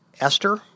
Esther